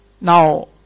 Now